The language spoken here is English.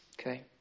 Okay